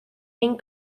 ein